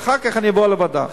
ואחר כך אני אבוא לוועדה.